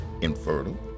infertile